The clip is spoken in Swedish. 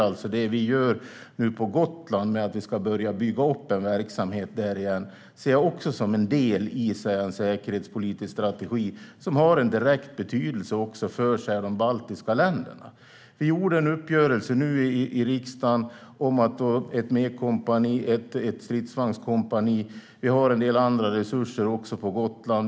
Att vi börjar bygga upp en verksamhet på Gotland igen ser jag också som en del i en säkerhetspolitisk strategi som har en direkt betydelse även för de baltiska länderna. Vi gjorde en uppgörelse i riksdagen om ett mekaniserat kompani och ett stridsvagnskompani, och vi har en del andra resurser på Gotland.